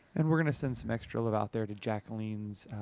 and we're gonna send some extra love out there to jacqueline's,